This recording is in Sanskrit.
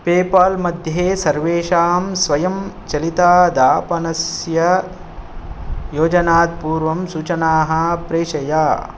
पेपाल्मध्ये सर्वेषां स्वयंचालितादापणस्य योजनात् पूर्वं सूचनाः प्रेषय